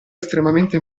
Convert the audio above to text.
estremamente